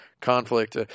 conflict